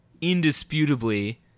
indisputably